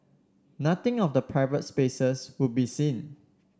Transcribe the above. nothing of the private spaces would be seen